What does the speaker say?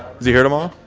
is he here tomorrow?